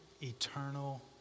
eternal